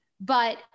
But-